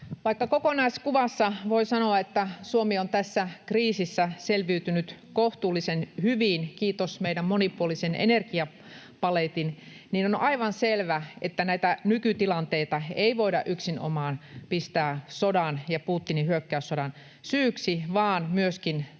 Vaikka kokonaiskuvassa voi sanoa, että Suomi on tässä kriisissä selviytynyt kohtuullisen hyvin, kiitos meidän monipuolisen energiapaletin, niin on aivan selvää, että näitä nykytilanteita ei voida yksinomaan pistää Putinin hyökkäyssodan syyksi, vaan myöskin tämän